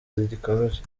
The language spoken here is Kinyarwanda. rikomeje